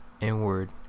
inward